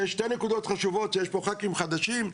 שיש שתי נקודות חשובות שיש פה ח"כים חדשים,